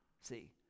See